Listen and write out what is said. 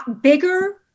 bigger